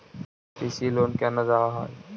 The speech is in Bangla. কৃষি লোন কেন দেওয়া হয়?